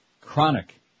Chronic